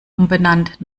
umbenannt